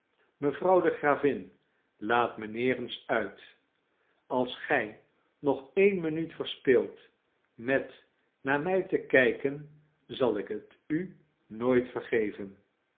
mevrouw de gravin laat mijnheer eens uit als gij nog eene minuut verspilt met naar mij te kijken zal ik het u nooit vergeven